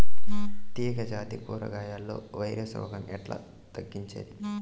తీగ జాతి కూరగాయల్లో వైరస్ రోగం ఎట్లా తగ్గించేది?